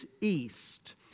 east